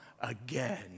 again